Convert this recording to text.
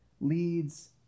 leads